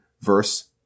verse